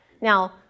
Now